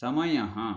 समयः